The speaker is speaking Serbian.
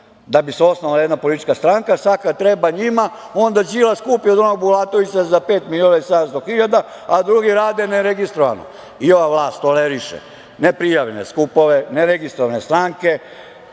da bi se osnovala jedna politička stranka, a sad kad treba njima, onda Đilas kupi od onog Bulatovića za pet miliona i 700 hiljada, a drugi rade ne registrovano. Ova vlast toleriše ne prijavljene skupove, ne registrovane stranke,